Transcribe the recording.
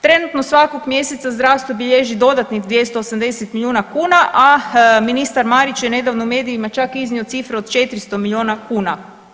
Trenutno svakog mjeseca zdravstvo bilježi dodatnih 280 milijuna kuna, a ministar Marić je nedavno medijima iznio cifru od 400 milijuna kuna.